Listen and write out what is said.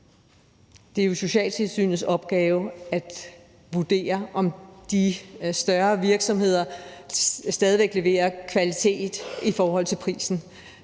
Det er jo socialtilsynets opgave at vurdere, om de større virksomheder stadig væk leverer en kvalitet, der svarer til prisen.